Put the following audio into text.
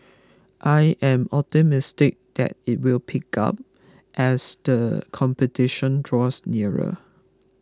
I am optimistic that it will pick up as the competition draws nearer